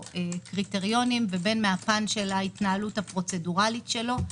קריטריונים ובין מהפן של ההתנהלות הפרוצדורלית שלו.